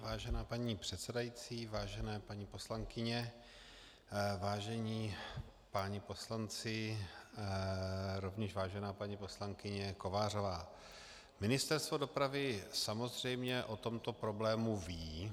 Vážená paní předsedající, vážené paní poslankyně, vážení páni poslanci, rovněž vážená paní poslankyně Kovářová, Ministerstvo dopravy samozřejmě o tomto problému ví.